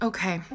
Okay